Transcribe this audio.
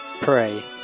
pray